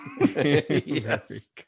Yes